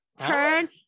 turn